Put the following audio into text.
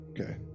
Okay